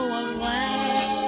alas